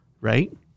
right